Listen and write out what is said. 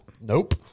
nope